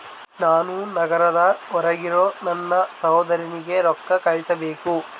ನಾನು ನಗರದ ಹೊರಗಿರೋ ನನ್ನ ಸಹೋದರನಿಗೆ ರೊಕ್ಕ ಕಳುಹಿಸಬೇಕು